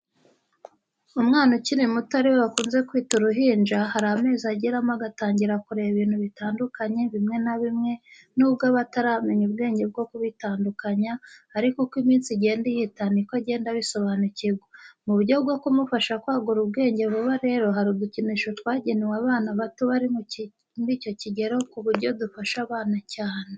Umwana ukiri muto ari we bakunze kwita uruhinja, hari amezi ageramo agatangira kureba ibintu bitandukanye bimwe na bimwe, nubwo aba ataramenya ubwenge bwo kubitandukanya, ariko uko iminsi igenda ihita niko agenda abisobanukirwa. Mu buryo bwo kumufasha kwagura ubwenge vuba rero hari udukinisho twagenewe abana bato bari muri icyo kigero ku buryo dufasha abana cyane.